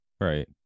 Right